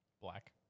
black